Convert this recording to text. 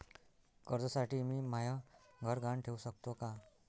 कर्जसाठी मी म्हाय घर गहान ठेवू सकतो का